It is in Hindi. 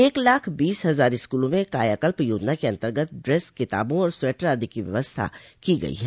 एक लाख बीस हजार स्कूलों में कायाकल्प योजना के अन्तर्गत ड्रेस किताबों और स्वेटर आदि की व्यवस्था की गई है